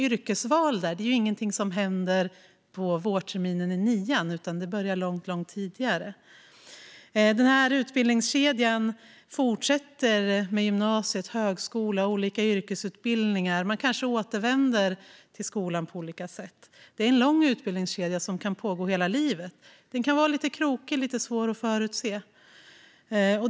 Yrkesvalen är ju ingenting som händer på vårterminen i nian, utan det börjar långt, långt tidigare. Utbildningskedjan fortsätter med gymnasiet, högskola och olika yrkesutbildningar. Man kanske återvänder till skolan på olika sätt. Det är en lång utbildningskedja, som kan pågå hela livet. Den kan också vara lite krokig och lite svår att förutse.